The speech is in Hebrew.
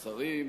שרים.